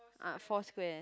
ah four square